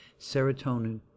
serotonin